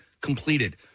completed